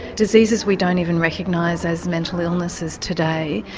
diseases we don't even recognise as mental illnesses today.